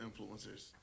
influencers